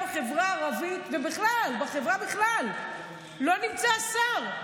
בחברה הערבית ובחברה בכלל לא נמצא השר?